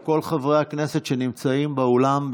וכל חברי הכנסת שנמצאים באולם,